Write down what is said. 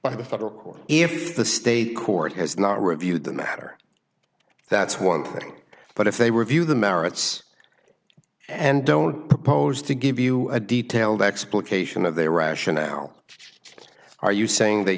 by the federal court if the state court has not reviewed the matter that's one thing but if they were view the merits and don't propose to give you a detailed explication of their rationale are you saying they